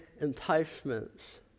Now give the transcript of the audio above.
enticements